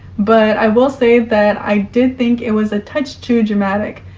but i will say that i did think it was a touch too dramatic.